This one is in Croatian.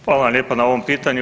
Hvala vam lijepa na ovom pitanju.